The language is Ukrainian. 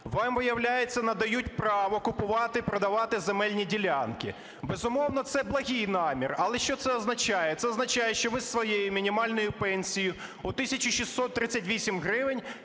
Вам, виявляється, надають право купувати і продавати земельні ділянки. Безумовно, це благий намір, але що це означає? Це означає, що ви з своєї мінімальної пенсії у 1638 гривень